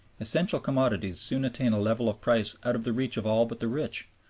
essential commodities soon attain a level of price out of the reach of all but the rich,